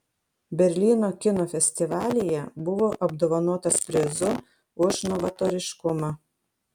berlyno kino festivalyje buvo apdovanotas prizu už novatoriškumą